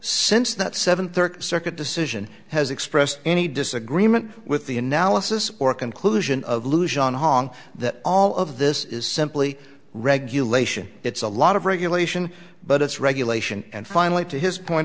since that seventh circuit decision has expressed any disagreement with the analysis or conclusion of allusion hong that all of this is simply regulation it's a lot of regulation but it's regulation and finally to his point